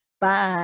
bye